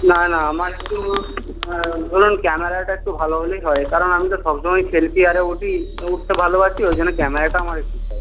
না না আমার একটু ধরুণ ক্যামেরাটা একটু ভালো হলেই হয় কারণ আমি তো সব সময় সেলফি ভালোবাসি ওই জন্য ক্যামেরাটা আমার একটু চাই